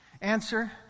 Answer